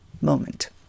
moment